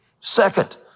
Second